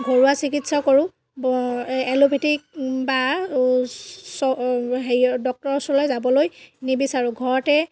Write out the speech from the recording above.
ঘৰুৱা চিকিৎসা কৰো এই এল'পেথিক বা হেৰিয়ৰ ডক্তৰৰ ওচৰলৈ যাবলৈ নিবিচাৰো ঘৰতে